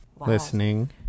Listening